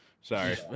Sorry